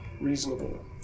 reasonable